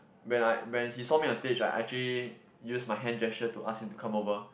when I when he saw me on stage I actually use my hand gesture to ask him to come over